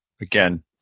again